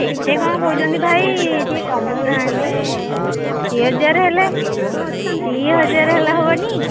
ଏତେ କଣ କହୁଛନ୍ତି ଭାଇ ଟିକିଏ କମଉ ନାହାନ୍ତି ଦୁଇ ହଜାର ହେଲେ ଦୁଇ ହଜାର ହେଲେ ହେବନି